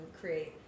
create